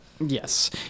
Yes